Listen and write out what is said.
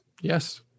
Yes